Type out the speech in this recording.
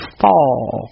fall